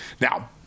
now